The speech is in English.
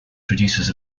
producers